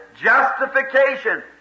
justification